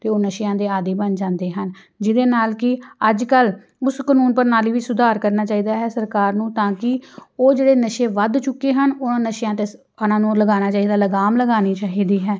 ਅਤੇ ਉਹ ਨਸ਼ਿਆਂ ਦੇ ਆਦੀ ਬਣ ਜਾਂਦੇ ਹਨ ਜਿਹਦੇ ਨਾਲ ਕਿ ਅੱਜ ਕੱਲ੍ਹ ਉਸ ਕਾਨੂੰਨ ਪ੍ਰਣਾਲੀ ਵਿੱਚ ਸੁਧਾਰ ਕਰਨਾ ਚਾਹੀਦਾ ਹੈ ਸਰਕਾਰ ਨੂੰ ਤਾਂ ਕਿ ਉਹ ਜਿਹੜੇ ਨਸ਼ੇ ਵੱਧ ਚੁੱਕੇ ਹਨ ਉਹਨਾਂ ਨਸ਼ਿਆਂ 'ਤੇ ਉਹਨਾਂ ਨੂੰ ਲਗਾਉਣਾ ਚਾਹੀਦਾ ਲਗਾਮ ਲਗਾਉਣੀ ਚਾਹੀਦੀ ਹੈ